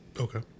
Okay